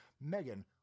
Megan